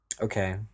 Okay